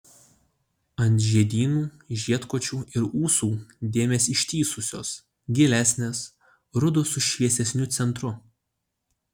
ant žiedynų žiedkočių ir ūsų dėmės ištįsusios gilesnės rudos su šviesesniu centru